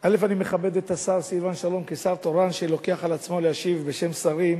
אני מכבד את השר סילבן שלום כשר תורן שלוקח על עצמו להשיב בשם שרים